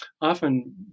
often